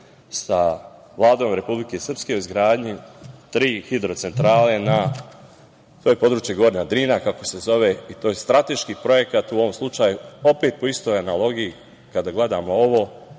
sa Vladom Republike Srpske o izgradnji tri hidrocentrale na području gornje Drine, kako se zove, i to je strateški projekat u ovom slučaju. Opet po istoj analogiji, kada gledamo ovo,